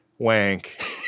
Wank